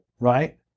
right